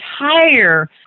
entire